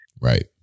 Right